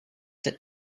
that